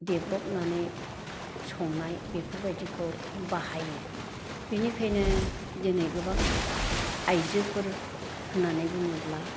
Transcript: देब्रबनानै संनाय बेफोरबायदिखौ बाहायो बिनिखायनो जोंनि गोबां आयजोफोर होननानै बुङोब्ला